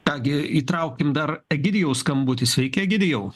ką gi įtraukim dar egidijaus skambutį sveiki egidijau